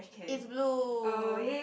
it's blue